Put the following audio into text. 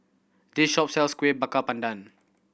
this shop sells Kueh Bakar Pandan